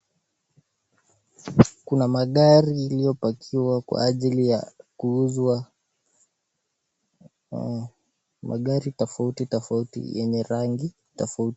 Kuna magari iliyo parkiwa kwa ajili ya kuuzwa, magari tofauti tofauti yenye rangi tofauti.